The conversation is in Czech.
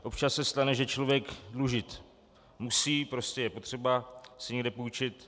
Občas se stane, že člověk dlužit musí, prostě je potřeba si někde půjčit.